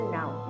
now